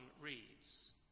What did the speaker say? reads